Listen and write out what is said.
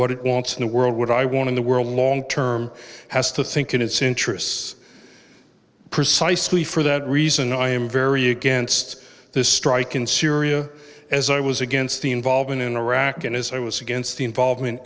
what it wants in the world what i want in the world long term has to think in its interests precisely for that reason i am very against this strike in syria as i was against the involvement in iraq and as i was against the involvement